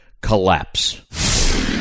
collapse